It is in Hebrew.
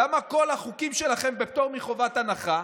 למה כל החוקים שלכם בפטור מחובת הנחה?